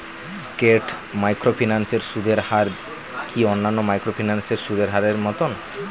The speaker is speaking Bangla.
স্কেট মাইক্রোফিন্যান্স এর সুদের হার কি অন্যান্য মাইক্রোফিন্যান্স এর সুদের হারের মতন?